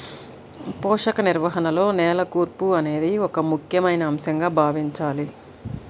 పోషక నిర్వహణలో నేల కూర్పు అనేది ఒక ముఖ్యమైన అంశంగా భావించాలి